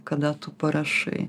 kada tu parašai